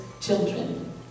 children